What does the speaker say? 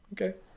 Okay